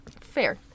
Fair